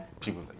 people